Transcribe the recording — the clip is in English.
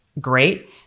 great